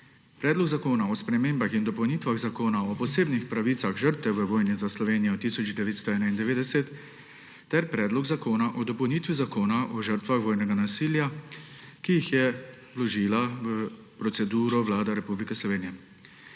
Predlog zakona o spremembah in dopolnitvah Zakona o posebnih pravicah žrtev v vojni za Slovenijo 1991 ter Predlog zakona o dopolnitvi Zakona o žrtvah vojnega nasilja, ki jih je vložila v proceduro Vlada Republike Slovenije.